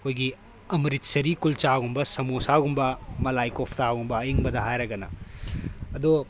ꯑꯩꯈꯣꯏꯒꯤ ꯑꯃꯔꯤꯠ ꯁꯔꯤꯀꯨꯜꯆꯥꯒꯨꯝꯕ ꯁꯃꯣꯁꯥꯒꯨꯝꯕ ꯃꯂꯥꯏꯀꯣꯐꯇꯥꯒꯨꯝꯕ ꯑꯏꯪꯕꯗ ꯍꯥꯏꯔꯒꯅ ꯑꯗꯣ